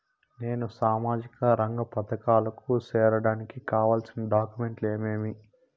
నేను సామాజిక రంగ పథకాలకు సేరడానికి కావాల్సిన డాక్యుమెంట్లు ఏమేమీ?